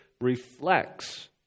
reflects